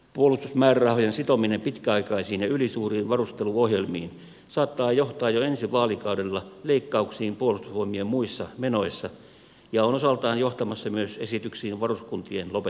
puolustusmäärärahojen sitominen pitkäaikaisiin ja ylisuuriin varusteluohjelmiin saattaa johtaa jo ensi vaalikaudella leikkauksiin puolustusvoimien muissa menoissa ja on osaltaan johtamassa myös esityksiin varuskuntien lopettamisesta